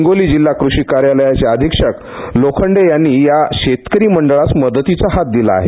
हिंगोली जिल्हा कृषी कार्यालयाचे अधीक्षक लोखंडे यांनी या शेतकरी मंडळास मदतीचा हात दिला आहे